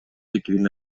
пикирин